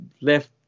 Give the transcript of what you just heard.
left